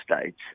states